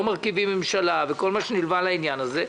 מרכיבים ממשלה וכל מה שנלווה לעניין הזה,